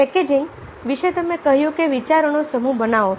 packaging વિશે તમે કહ્યું કે વિચારોનો સમૂહ બનાવો